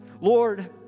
Lord